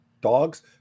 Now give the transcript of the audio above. dogs